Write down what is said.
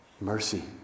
mercy